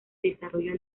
desarrollo